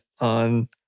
on